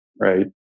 right